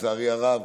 לצערי הרב,